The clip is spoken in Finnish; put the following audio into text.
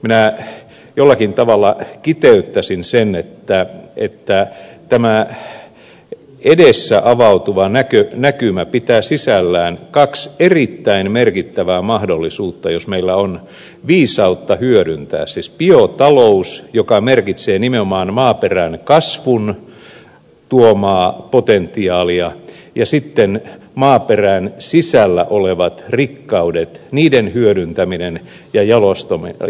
minä jollakin tavalla kiteyttäisin sen niin että tämä edessä avautuva näkymä pitää sisällään kaksi erittäin merkittävää mahdollisuutta jos meillä on viisautta hyödyntää niitä siis biotalous joka merkitsee nimenomaan maaperän kasvun tuomaa potentiaalia ja sitten maaperän sisällä olevat rikkaudet niiden hyödyntäminen ja jalostaminen